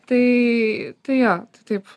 tai jo taip